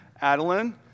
Adeline